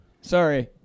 sorry